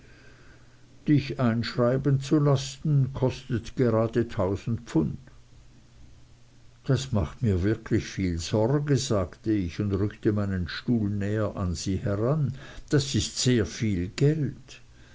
dich einschreiben zu lassen kostet gerade tausend pfund das macht mir wirklich viel sorge sagte ich und rückte meinen stuhl näher an sie heran das ist sehr viel geld